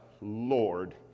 Lord